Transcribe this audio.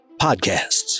Podcasts